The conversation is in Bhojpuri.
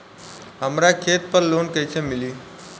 हमरा खेत पर लोन कैसे मिली?